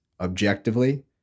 objectively